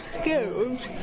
skills